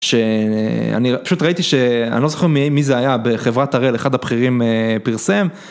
שאני פשוט ראיתי שאני לא זוכר מי זה היה בחברת הראל, אחד הבכירים פרסם.